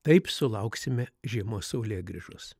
taip sulauksime žiemos saulėgrįžos